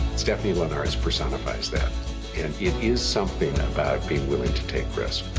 stephanie linnartz personifies that. and it is something about being willing to take risk.